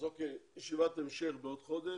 ישיבת המשך בעוד חודש.